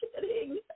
kidding